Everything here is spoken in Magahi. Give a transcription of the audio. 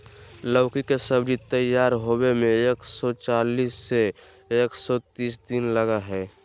लौकी के सब्जी तैयार होबे में एक सौ पचीस से एक सौ तीस दिन लगा हइ